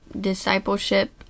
discipleship